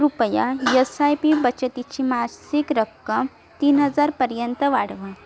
कृपया S I P बचतीची मासिक रक्कम तीन हजारपर्यंत वाढवा